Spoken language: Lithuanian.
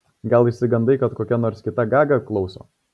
gal išsigandai kad kokia nors kita gaga klauso